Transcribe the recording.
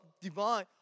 divine